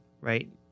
right